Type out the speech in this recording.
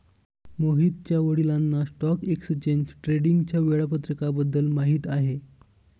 मोहितच्या वडिलांना stock exchange ट्रेडिंगच्या वेळापत्रकाबद्दल माहिती आहे